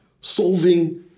Solving